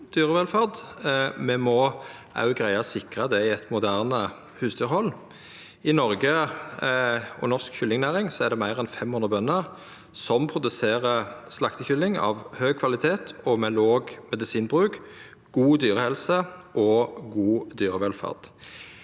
å sikra det i eit moderne husdyrhald. I norsk kyllingnæring er det meir enn 500 bønder som produserer slaktekylling av høg kvalitet og med låg medisinbruk, god dyrehelse og god dyrevelferd.